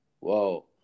whoa